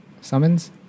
Summons